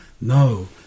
no